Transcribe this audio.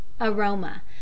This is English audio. aroma